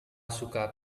suka